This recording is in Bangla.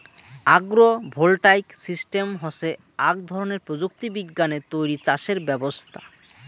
আগ্রো ভোল্টাইক সিস্টেম হসে আক ধরণের প্রযুক্তি বিজ্ঞানে তৈরী চাষের ব্যবছস্থা